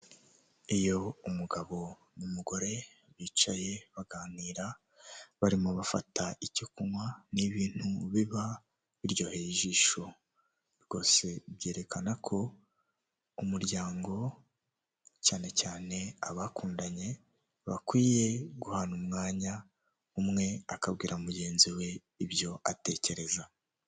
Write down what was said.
Iyo umugabo n'umugore bicaye baganira barimo bafata icyo kunywa n'ibintu biba biryoheye ijisho, rwose byerekana ko umuryango cyane cyane abakundanye, bakwiye guhana umwanya umwe akabwira mugenzi we ibyo atekereza.